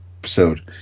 episode